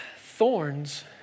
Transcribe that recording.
Thorns